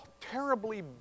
terribly